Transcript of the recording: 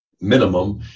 minimum